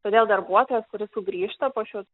todėl darbuotojas kuris sugrįžta po šių